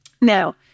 Now